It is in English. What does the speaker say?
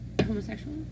homosexual